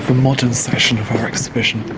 modern section of our exhibition.